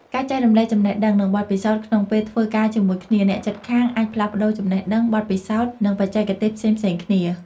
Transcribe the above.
ការចែករំលែកចំណេះដឹង និងបទពិសោធន៍ ក្នុងពេលធ្វើការជាមួយគ្នា អ្នកជិតខាងអាចផ្លាស់ប្តូរចំណេះដឹង បទពិសោធន៍ និងបច្ចេកទេសផ្សេងៗគ្នា។